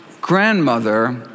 grandmother